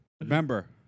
remember